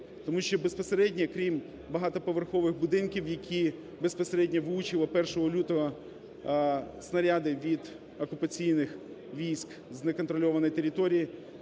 Тому що безпосередньо, крім багатоповерхових будинків, в які безпосередньо влучили 1 лютого снаряди від окупаційних військ з неконтрольованої території,